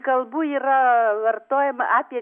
kalbų yra vartojama apie